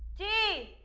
d!